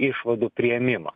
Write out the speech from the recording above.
išvadų priėmimą